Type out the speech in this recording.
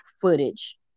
footage